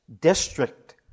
district